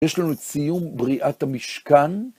יש לנו את סיום בריאת המשכן.